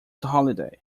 holiday